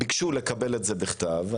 ביקשו לקבל את זה בכתב.